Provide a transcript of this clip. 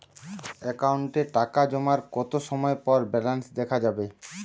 অ্যাকাউন্টে টাকা জমার কতো সময় পর ব্যালেন্স দেখা যাবে?